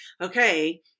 okay